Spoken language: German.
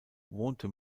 wohnte